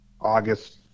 August